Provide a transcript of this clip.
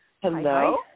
Hello